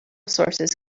sources